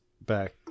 back